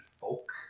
folk